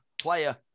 player